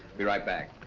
be right back.